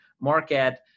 market